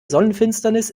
sonnenfinsternis